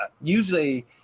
usually